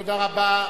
תודה רבה.